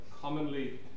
commonly